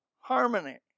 harmony